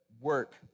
work